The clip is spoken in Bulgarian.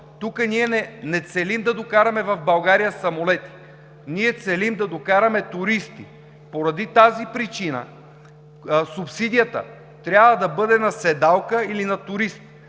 тук ние не целим да докараме в България самолети, ние целим да докараме туристи. Поради тази причина субсидията трябва да бъде на седалка или на турист,